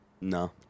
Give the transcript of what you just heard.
No